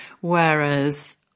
whereas